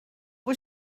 was